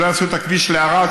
שלא יעשו את הכביש לערד,